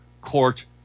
court